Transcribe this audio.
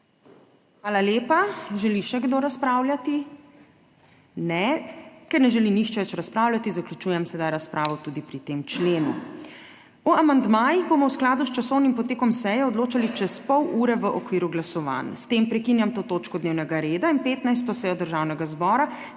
Hvala lepa. Želi še kdo razpravljati? Ne. Ker ne želi nihče več razpravljati zaključujem sedaj razpravo tudi pri tem členu. O amandmajih bomo v skladu s časovnim potekom seje odločali čez pol ure v okviru glasovanj. S tem prekinjam to točko dnevnega reda in 15. sejo Državnega zbora,